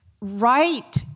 right